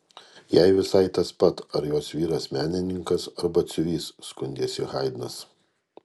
jai visai tas pat ar jos vyras menininkas ar batsiuvys skundėsi haidnas